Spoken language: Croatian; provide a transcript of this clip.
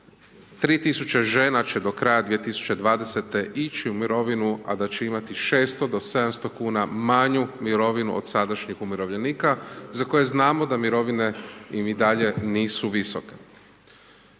3000 žena će do kraja 2020.-te ići u mirovinu, a da će imati 600,00 kn do 700,00 kn manju mirovinu od sadašnjih umirovljenika, za koje znamo da mirovine im i dalje nisu visoke.